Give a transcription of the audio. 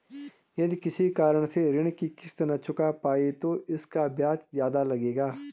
यदि किसी कारण से ऋण की किश्त न चुका पाये तो इसका ब्याज ज़्यादा लगेगा?